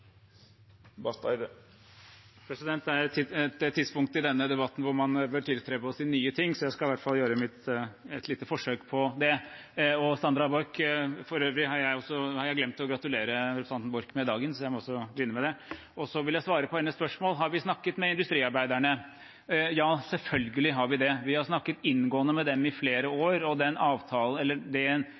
er et tidspunkt i debatten da man bør tiltre ved å si noe nytt, så jeg skal i hvert fall gjøre et lite forsøk på det. Jeg har for øvrig glemt å gratulere representanten Borch med dagen, så jeg vil begynne med det. Så vil jeg svare på hennes spørsmål: Har vi snakket med industriarbeiderne? Ja, selvfølgelig har vi det. Vi har snakket inngående med dem i flere år. Det vedtaket som Arbeiderpartiets landsstyre gjorde i mars 2018, og som i veldig stor grad inneholder det som er